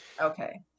Okay